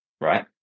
right